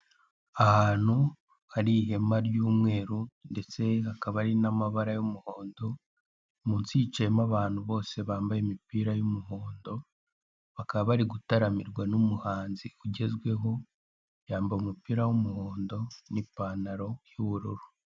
Ahantu hhari ihema ry'umweru, ndetse hakaba hari amabara y'umuhondo, munsi hicayemo abantu bose bambaye imipira y'umuhondo, bakaba bari gutaramirwa n'umuhanzi ugezweho yambaye umupira w'umuhondo n'ipantaro y'ubururu.